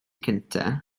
cyntaf